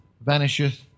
vanisheth